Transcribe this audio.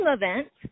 event